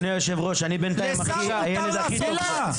אדוני היושב ראש אני בינתיים הילד הכי טוב פה,